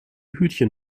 hütchen